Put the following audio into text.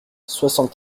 soixante